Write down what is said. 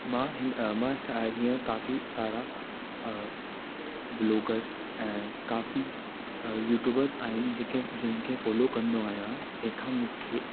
मां हिन मां सा हींअर काफ़ी सारा व्लोगर्स ऐं काफ़ी यूट्यूबर्स आहिनि जंहिं खे जिन खे फोलो कंदो आहियां जंहिं खां मूंखे